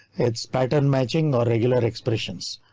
it's pattern matching or regular expressions.